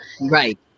right